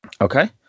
Okay